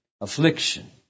affliction